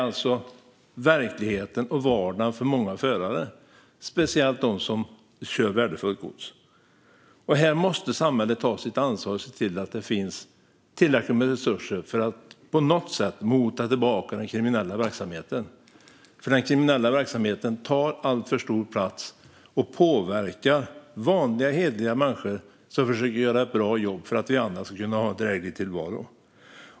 Detta är verklighet och vardag för många förare, speciellt för dem som kör värdefullt gods. Samhället måste ta sitt ansvar här och se till att det finns tillräckligt med resurser för att mota tillbaka den kriminella verksamheten. Den kriminella verksamheten tar nämligen alltför stor plats och påverkar vanliga, hederliga människor som försöker göra ett bra jobb för att vi andra ska kunna ha en dräglig tillvaro.